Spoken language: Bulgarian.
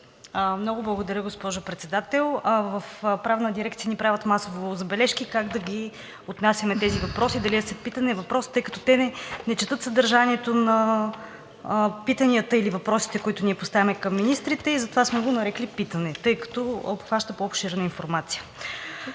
Много благодаря, госпожо Председател. В Правната дирекция ни правят масово забележки как да ги отнасяме тези въпроси – дали да са питания, дали въпроси, тъй като те не четат съдържанието на питанията или въпросите, които ние поставяме към министрите. Нарекли сме го питане, тъй като обхваща по-обширна информация.